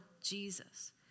Jesus